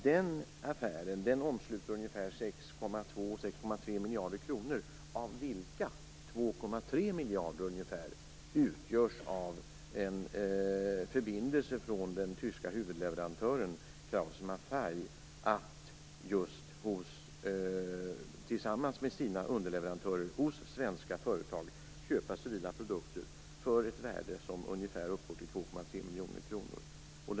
Den affären omsluter ungefär 6,2 eller 6,3 miljarder kronor, av vilka ungefär 2,3 miljarder utgörs av en förbindelse från den tyska huvudleverantören Krauss Maffei att tillsammans med sina underleverantörer hos svenska företag köpa civila produkter för ett värde som uppgår till ungefär 2,3 miljarder kronor.